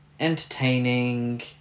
entertaining